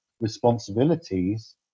responsibilities